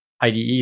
IDE